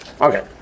Okay